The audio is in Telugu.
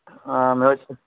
మే ఇచ్చి